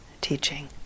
teaching